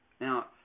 Now